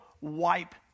Wipe